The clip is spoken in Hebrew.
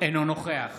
אינו נוכח